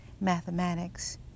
mathematics